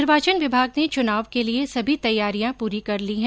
निर्वाचन विभाग ने चुनाव के लिये सभी तैयारियां पूरी कर ली हैं